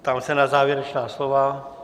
Ptám se na závěrečná slova.